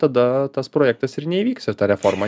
tada tas projektas ir neįvyks ir ta reforma